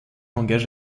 engage